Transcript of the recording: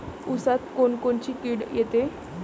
ऊसात कोनकोनची किड येते?